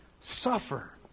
suffer